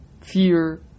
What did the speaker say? fear